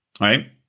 right